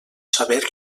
saber